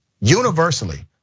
universally